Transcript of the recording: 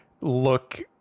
look